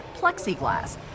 plexiglass